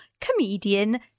comedian